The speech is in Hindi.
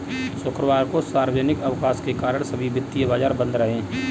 शुक्रवार को सार्वजनिक अवकाश के कारण सभी वित्तीय बाजार बंद रहे